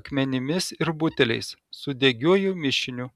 akmenimis ir buteliais su degiuoju mišiniu